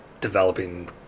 developing